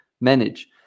manage